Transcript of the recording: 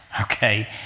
okay